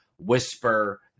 whisper